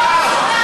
הממשלה.